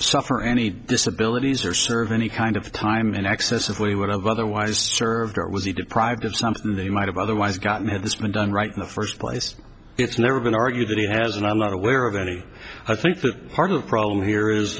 suffer any disability or serve any kind of time in excess of what he would have otherwise served or was he deprived of something they might have otherwise gotten had this been done right in the first place it's never been argued that he has and i'm not aware of any i think that part of the problem here is